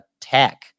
tech